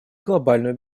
глобальную